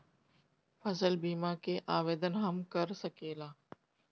फसल बीमा के आवेदन हम कर सकिला?